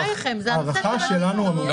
בחייכם, זה הנושא של הדיון.